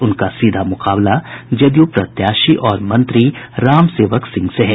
उनका सीधा मुकाबला जदयू प्रत्याशी और मंत्री राम सेवक सिंह से हैं